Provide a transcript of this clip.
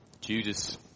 Judas